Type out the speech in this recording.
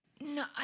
No